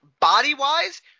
body-wise